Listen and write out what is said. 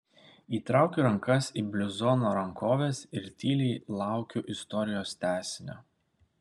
įtraukiu rankas į bluzono rankoves ir tyliai laukiu istorijos tęsinio